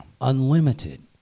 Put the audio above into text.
unlimited